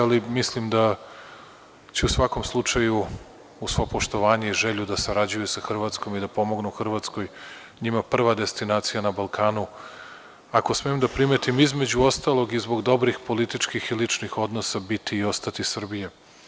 Ali, mislim da će u svakom slučaju, uz svo poštovanje i želju da sarađuju i sa Hrvatskom i da pomognu Hrvatskoj, njima prva destinacija na Balkanu, ako smem da primetim, između ostalog i zbog dobrih političkih i ličnih odnosa, biti i ostati Srbija.